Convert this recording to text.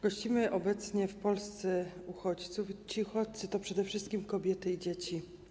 Gościmy obecnie w Polsce uchodźców, a ci uchodźcy to przede wszystkim kobiety i dzieci.